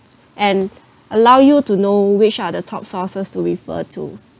and allow you to know which are the top sources to refer to